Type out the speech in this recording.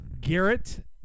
Garrett